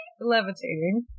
Levitating